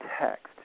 text